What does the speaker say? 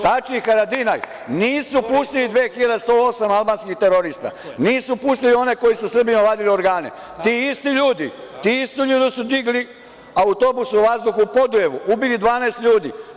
Tači i Haradinaj nisu pustili 2.108 albanskih terorista, nisu pustili one koji su Srbima vadili organe, ti isti ljudi su digli autobus u vazduh u Podujevu, ubili 12 ljudi.